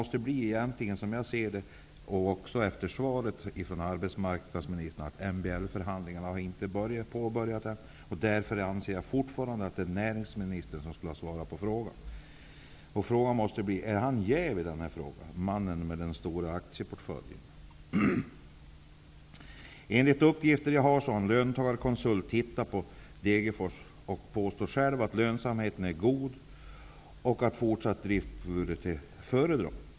Som arbetsmarknadsministern påpekade i svaret har MBL-förhandlingarna ännu inte påbörjats, och jag anser därför fortfarande att det är näringsministern som skulle ha svarat på frågan. Frågan måste bli: Är näringsministern, mannen med de stora aktieportföljen, jävig i den frågan? Enligt uppgifter jag har fått har en löntagarkonsult undersökt förhållandena i Degerfors. Han påstår själv att lönsamheten där är god och att fortsatt drift av stålverket vore att föredra.